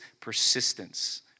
persistence